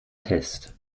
test